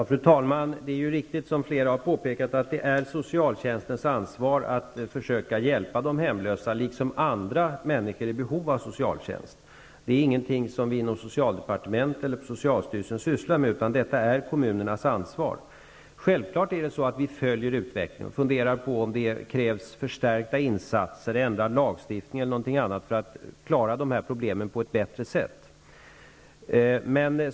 Fru talman! Det är riktigt, som flera har påpekat, att det är socialtjänstens ansvar att försöka hjälpa de hemlösa, liksom många andra människor i behov av socialtjänst. Det är ingenting som vi inom socialdepartementet eller på socialstyrelsen sysslar med, utan detta är kommunernas ansvar. Självfallet följer vi utvecklingen och funderar på om det krävs förstärkta insatser, ändrad lagstiftning eller någonting annat för att man skall klara de här problemen på ett bättre sätt.